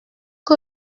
que